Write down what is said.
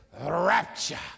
rapture